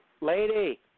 Lady